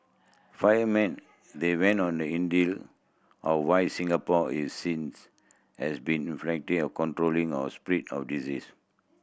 Friedman then went on the in of why Singapore is seen as being effective of controlling of spread of disease